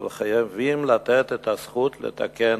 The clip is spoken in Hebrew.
אבל חייבים לתת את הזכות לתקן